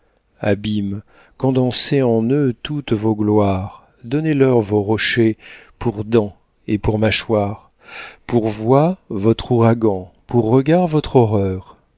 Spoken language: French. mammons abîmes condensez en eux toutes vos gloires donnez-leur vos rochers pour dents et pour mâchoires pour voix votre ouragan pour regard votre horreur